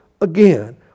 again